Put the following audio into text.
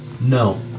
No